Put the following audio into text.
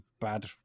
bad